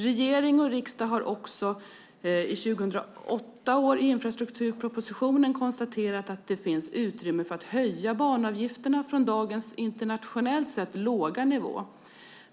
Regering och riksdag har också i samband med 2008 års infrastrukturproposition konstaterat att det finns utrymme för att höja banavgifterna från dagens internationellt sett låga nivå.